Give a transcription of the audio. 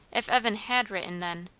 if evan had written, then,